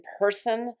person